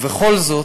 ובכל זאת,